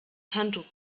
handtuch